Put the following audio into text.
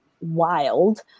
wild